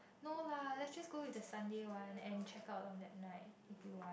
no lah let's just go with the Sunday one and check out on that night if you want